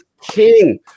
King